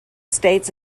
states